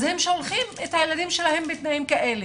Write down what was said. אז הם שולחים את הילדים שלהם בתנאים כאלה.